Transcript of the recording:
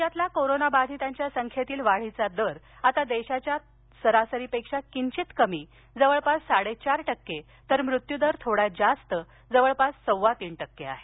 राज्यातला कोरोना बाधितांच्या संख्येतील वाढीचा दर आता देशाच्या सरासरीपेक्षा किंचित कमी जवळपास साडेचार टक्के तर मृत्यूदर थोडा जास्त जवळपास सव्वातीन टक्के आहे